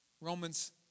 Romans